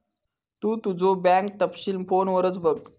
तु तुझो बँक तपशील फोनवरच बघ